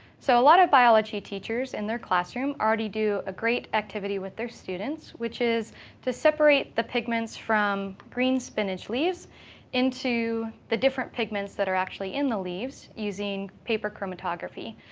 so a lot of biology teachers in their classroom already do a great activity with their students, which is to separate the pigments from green spinach leaves into the different pigments that are actually in the leaves using paper chromatography.